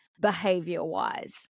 behavior-wise